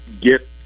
get